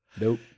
Nope